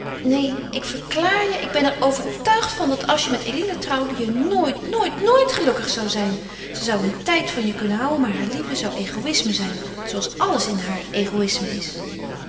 neen ik verklaar je ik ben er overtuigd van dat als je met eline trouwde je nooit nooit nooit gelukkig zou zijn ze zou een tijd van je kunnen houden maar haar liefde zou egoïsme zijn zooals alles in haar egoïsme is